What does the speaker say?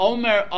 Omer